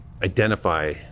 Identify